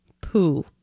poo